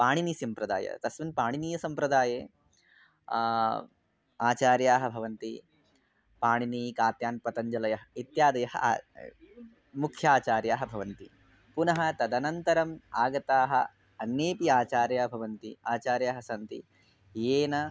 पाणिनी सम्प्रदायः तस्मिन् पाणिनी सम्प्रदाये आचार्याः भवन्ति पाणिनी कात्यायनः पतञ्जलयः इत्यादयः मुख्य आचार्याः भवन्ति पुनः तदनन्तरम् आगताः अन्येपि आचार्याः भवन्ति आचार्याः सन्ति येन